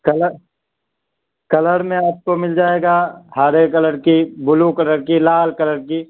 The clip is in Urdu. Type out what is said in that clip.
کلر کلر میں آپ کو مل جائے گا ہرے کلر کی بلو کلر کی لال کلر کی